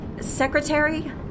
secretary